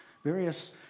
various